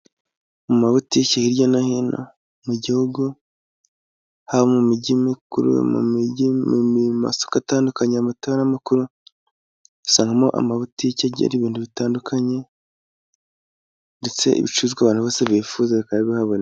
Mu mabutiki hirya no hino mu gihugu, haba mu mijyi mikuru, mu masoko atandukanye, amato n'amakuru, usangamo amabutiki agira ibintu bitandukanye, ndetse ibicuruzwa abantu bose bifuza bikaba bihaboneka.